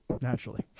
naturally